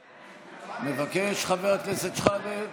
מבקש, חבר הכנסת שחאדה?